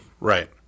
Right